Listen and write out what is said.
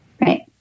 Right